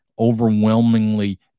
overwhelmingly